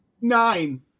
Nine